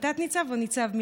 תת-ניצב או ניצב,